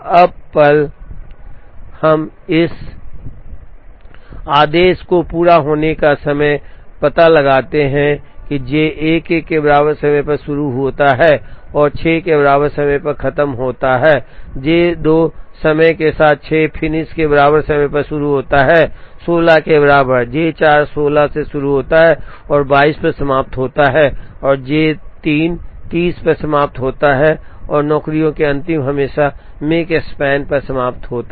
अब पल हम इस आदेश को पूरा होने का समय पता लगाते हैं कि जे 1 1 के बराबर समय पर शुरू होता है और 6 के बराबर समय पर खत्म होता है जे 2 समय के साथ 6 फिनिश के बराबर समय पर शुरू होता है 16 के बराबर जे 4 16 से शुरू होता है और 22 में समाप्त होता है और जे 3 30 पर समाप्त होता है नौकरियों के अंतिम हमेशा Makespan पर समाप्त होता है